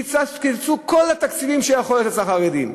קיצצו בכל התקציבים שאפשר לקצץ לחרדים: